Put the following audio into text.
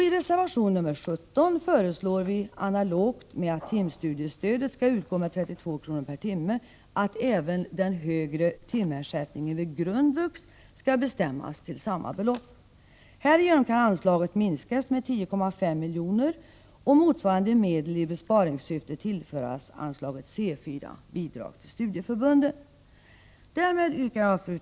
I reservation 17 föreslår vi analogt med att timstudiestödet skall utgå med 32 kr. per timme att även den högre timersättningen vid grundvux skall bestämmas till samma belopp. Härigenom kan anslaget minskas med 10,5 milj.kr. och motsvarande medel i besparingssyfte tillföras anslaget C 4, Bidrag till studieförbunden. Fru talman!